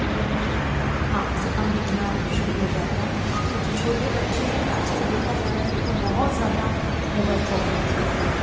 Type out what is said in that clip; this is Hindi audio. फिर आँखों से काम दिखना शुरू हो जाता है और जो छोटे बच्चे हैं आज कल देखा जा रहा है की वो बहुत ज़्यादा मोबाईल का उपयोग करते हैं